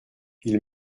ils